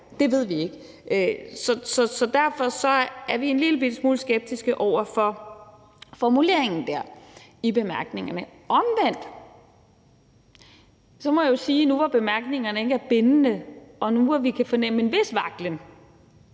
det ved vi ikke. Så derfor er vi en lille bitte smule skeptiske over for formuleringen i bemærkningerne. Omvendt må jeg sige, at nu hvor bemærkningerne ikke er bindende, og nu hvor vi kan fornemme en vis vaklen